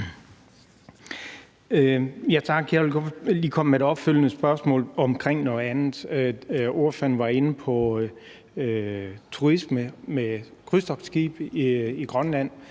lige komme med et opfølgende spørgsmål omkring noget andet. Ordføreren var inde på turisme med krydstogtskibe i Grønland.